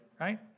right